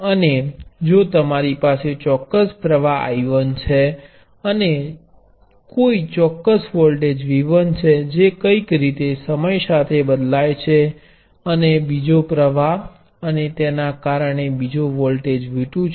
અને જો તમારી પાસે ચોક્કસ પ્ર્વાહ I 1 છે અને કોઈ ચોક્કસ વોલ્ટેજ V1 છે જે કોઈક રીતે સમય સાથે બદલાય છે અને બીજો પ્રવાહ અને તેના કારણે બીજો વોલ્ટેજ V2 છે